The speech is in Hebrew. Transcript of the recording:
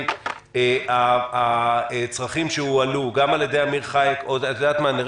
2) הצרכים שהועלו, גם על ידי אמיר חייק וגם